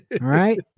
right